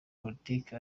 politiki